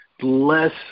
less